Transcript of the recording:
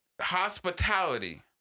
Hospitality